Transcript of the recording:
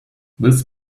this